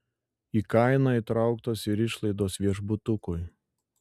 į kainą įtrauktos ir išlaidos viešbutukui